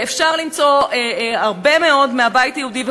ואפשר למצוא הרבה מאוד מהבית היהודי,